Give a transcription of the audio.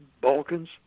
Balkans